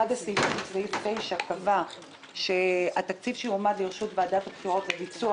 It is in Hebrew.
סעיף 9 קבע שהתקציב שיועמד לרשות ועדת הבחירות לביצוע